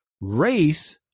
Race